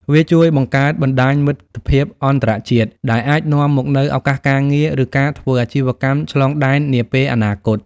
វាជួយបង្កើតបណ្ដាញមិត្តភាពអន្តរជាតិ ដែលអាចនាំមកនូវឱកាសការងារ ឬការធ្វើអាជីវកម្មឆ្លងដែននាពេលអនាគត។